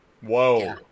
Whoa